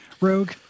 rogue